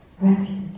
refuge